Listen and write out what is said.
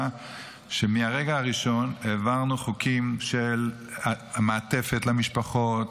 שמהרגע הראשון העברנו חוקים של המעטפת למשפחות.